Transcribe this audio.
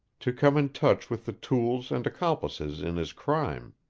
to come in touch with the tools and accomplices in his crime.